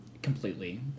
completely